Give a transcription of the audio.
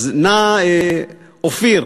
אז נא, אופיר,